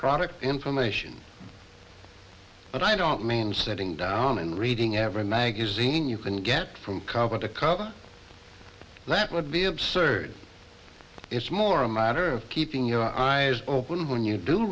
product information but i don't mean sitting down and reading every magazine you can get from cover to cover that would be absurd it's more a matter of keeping your eyes open when you do